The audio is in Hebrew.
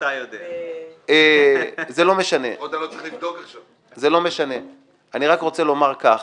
אני רק רוצה לומר כך,